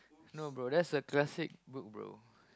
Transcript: no bro that's a classic book bro